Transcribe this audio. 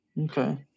okay